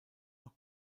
noch